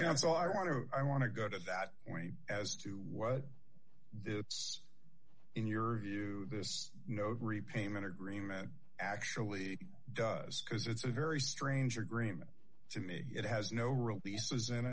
counsel i want to i want to go to that point as to what the in your view this node repayment agreement actually does because it's a very strange agreement to me it has no releases in